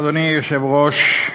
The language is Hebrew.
אדוני היושב-ראש,